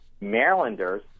Marylanders